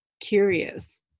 curious